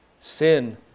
sin